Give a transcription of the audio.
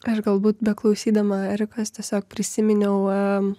aš galbūt beklausydama erikas tiesiog prisiminiau